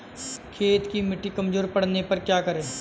खेत की मिटी कमजोर पड़ने पर क्या करें?